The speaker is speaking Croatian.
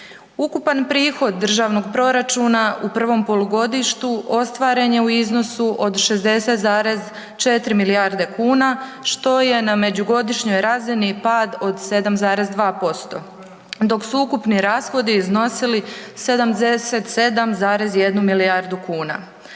Ukupan prihod državnog proračuna ostvaren je u iznosu od 60,4 milijarde kuna što je na međugodišnjoj razini pad od 7,2%. Dok su ukupni rashodi iznosili 77,1 milijardu kuna.